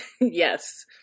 Yes